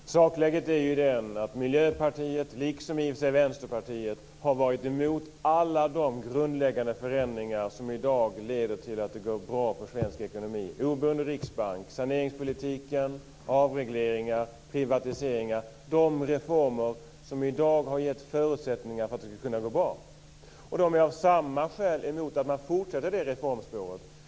Herr talman! Sakläget är det att Miljöpartiet, liksom i och för sig Vänsterpartiet, har varit emot alla de grundläggande förändringar som lett till att det går bra för svensk ekonomi i dag. Det gäller oberoende riksbank, saneringspolitik, avregleringar och privatiseringar, dvs. de reformer som har gett förutsättningar för att det ska kunna gå bra i dag. Av samma skäl är de emot att man fortsätter på reformspåret.